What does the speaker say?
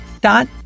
dot